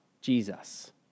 Jesus